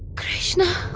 krishna!